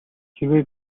хэрвээ